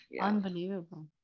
Unbelievable